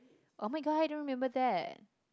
oh-my-god I don't remember that